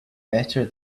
better